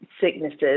sicknesses